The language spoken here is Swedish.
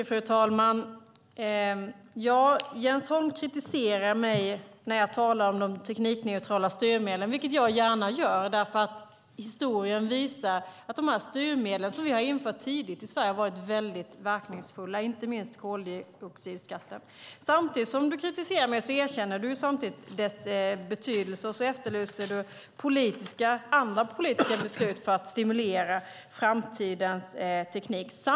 Fru talman! Jens Holm kritiserar mig när jag talar om de teknikneutrala styrmedlen, vilket jag gärna gör. Historien visar att dessa styrmedel, som vi införde tidigt i Sverige, varit mycket verkningsfulla, inte minst koldioxidskatten. Samtidigt som du kritiserar mig erkänner du deras betydelse och efterlyser andra politiska beslut för att stimulera framtidens teknik.